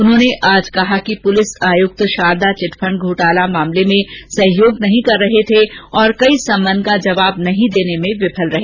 उन्होंने आज कहा कि पुलिस आयुक्त शारदा चिटफंड घोटाला मामले में सहयोग नहीं कर रहे थे और कई सम्मन का जवाब देर्न में विफल रहे